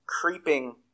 creeping